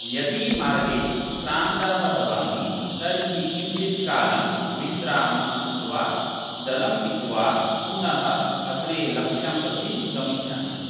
यदि मार्गे श्रान्तः भवामि तर्हि किञ्चित् कालं विश्रामं कृत्वा जलं पीत्वा पुनः अग्रे लक्ष्यं प्रति गमिष्यामि